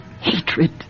hatred